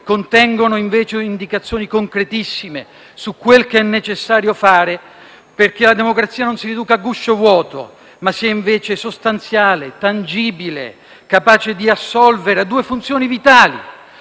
Contengono, invece, indicazioni concretissime su quel che è necessario fare perché la democrazia non si riduca ad un guscio vuoto, ma sia invece sostanziale, tangibile, capace di assolvere a due funzioni vitali: